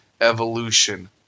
evolution